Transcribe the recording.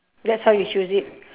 that's how you choose it